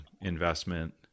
investment